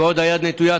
ועוד היד נטויה.